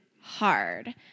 hard